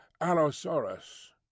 Allosaurus